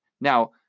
Now